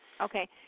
Okay